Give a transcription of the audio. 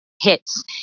hits